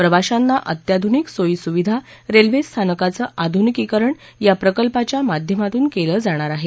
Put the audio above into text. प्रवाशांना अत्याधुनिक सोयीसुविधा रेल्वे स्थानकांच आधुनिकीकरण या प्रकल्पाच्या माध्यमातून केलं जाणार आहे